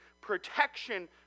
protection